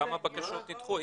כמה בקשות נדחו.